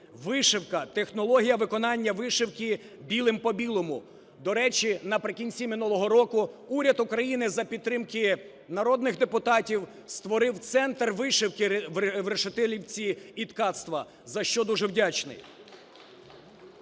вишивка, технологія виконання вишивки білим по білому. До речі, наприкінці минулого року уряд України за підтримки народних депутатів створив Центр вишивки в Решетилівці і ткацтва, за що дуже вдячний.